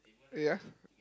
ya